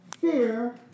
Fear